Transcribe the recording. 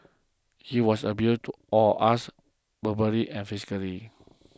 he was abusive to all of us verbally and physically